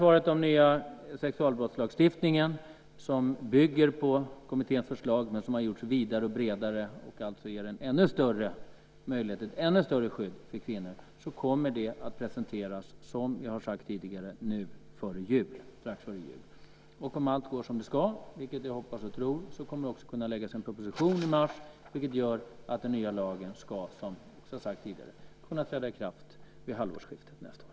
Den nya sexualbrottslagstiftningen, som bygger på kommitténs förslag men som har gjorts vidare och bredare för att ge ännu större skydd för kvinnor, kommer att presenteras, som jag har sagt tidigare, strax före jul. Om allt går som det ska, vilket jag hoppas och tror, kommer det kunna läggas en proposition fram i mars. Det gör att den nya lagen ska, som jag också sagt tidigare, kunna träda i kraft vid halvårsskiftet nästa år.